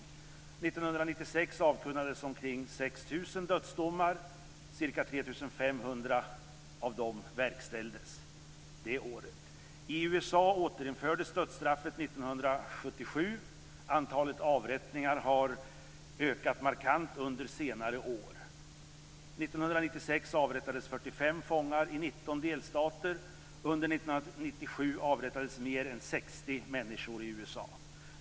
År 1996 avkunnades omkring 6 000 dödsdomar, och ca 3 500 av dem verkställdes det året. I USA återinfördes dödsstraffet 1977. Antalet avrättningar har ökat markant under senare år. Under 1997 avrättades mer än 60 människor i USA.